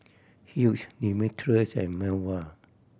Hughes Demetrius and Melva